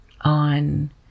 on